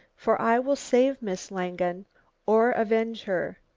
for i will save miss langen or avenge her.